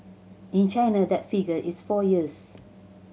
in China that figure is four years